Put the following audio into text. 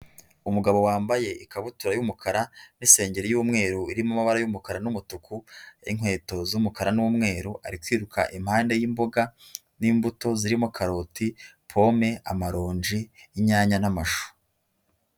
Umugabo wambaye ikabutura y'umukara n'isengeri y'umweru irimo amabara y'umukara n'umutuku n'inkweto z'umukara n'umweru ari kwiruka impande y'imboga n'imbuto zirimo karoti, pome, amaronji, inyanya n'amashu.